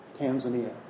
Tanzania